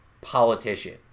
politician